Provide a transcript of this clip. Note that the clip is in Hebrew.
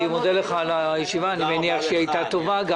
אני מודה לך על הישיבה, אני מניח שהיא היתה טובה.